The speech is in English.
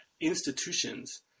institutions